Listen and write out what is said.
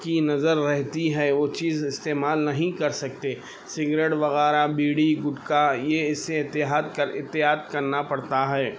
کی نظر رہتی ہے وہ چیز استعمال نہیں کر سکتے سگریٹ وغیرہ بیڑی گٹکا یہ اسے اتحاد کر اتحاد کرنا پڑتا ہے